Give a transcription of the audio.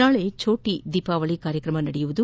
ನಾಳೆ ಚೋಟಿ ದೀಪಾವಳಿ ಕಾರ್ಯಕ್ರಮ ನಡೆಯಲಿದೆ